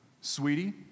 Sweetie